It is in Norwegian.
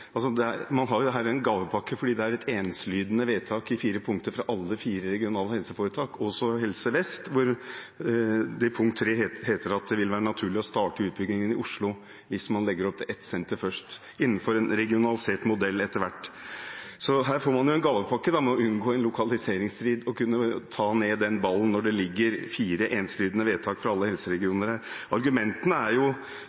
Man har jo her en gavepakke, for det er et likelydende vedtak i fire punkter fra alle fire regionale helseforetak, også Helse Vest, der det i punkt 3 heter at det vil være naturlig å starte utbyggingen i Oslo hvis man legger opp til ett senter først og innenfor en regionalisert modell etter hvert. Her får man en gavepakke ved å unngå en lokaliseringsstrid og kunne ta ned den ballen, når det ligger fire likelydende vedtak fra alle